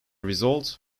result